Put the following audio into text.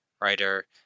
writer